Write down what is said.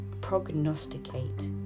Prognosticate